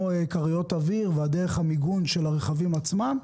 כריות אוויר ודרך המיגון של הרכבים עצמם,